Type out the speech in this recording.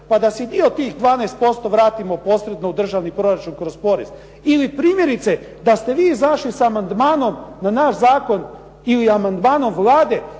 pa da si dio tih 12% vratimo posredno u državni proračun kroz porez. Ili primjerice da ste vi izašli sa amandmanom na naš zakon ili amandmanom Vlade